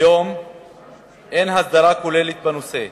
כיום אין הסדרה כוללת בנושא,